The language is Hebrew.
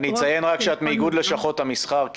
אני אציין רק שאת מאיגוד לשכות המסחר.